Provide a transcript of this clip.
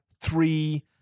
three